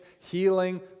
healing